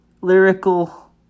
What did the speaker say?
lyrical